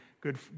good